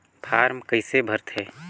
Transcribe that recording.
Form कइसे भरते?